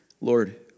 Lord